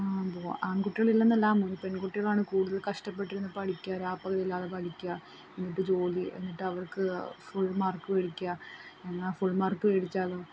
ആൺകുട്ടികൾ ഇല്ലെന്നല്ല പെൺകുട്ടികളാണ് കൂടുതൽ കഷ്ടപ്പെട്ടിരുന്ന് പഠിക്കാറ് രാപ്പകലില്ലാതെ പഠിക്കുക എന്നിട്ട് ജോലി എന്നിട്ട് അവർക്ക് സ്കൂളിൽ മാർക്ക് മേടിക്കുക എന്നാൽ ഫുൾ മാർക്ക് മേടിച്ചാലോ